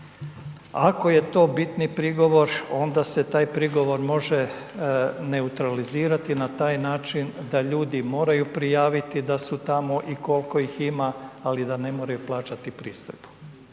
Ako je to biti prigovor onda se taj prigovor može neutralizirati na taj način da ljudi moraju prijaviti da su tamo i koliko ih ima, ali da ne moraju plaćati pristojbu,